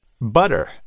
butter